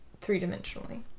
three-dimensionally